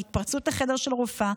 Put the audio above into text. בהתפרצות לחדר של רופאה.